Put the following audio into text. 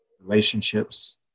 relationships